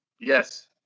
Yes